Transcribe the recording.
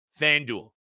FanDuel